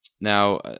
now